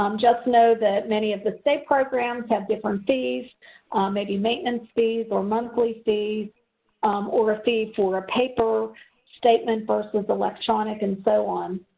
um just know that many of the state programs have different fees. there may be maintenance fees or monthly fees or a fee for a paper statement versus electronic and so on.